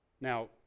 Now